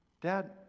Dad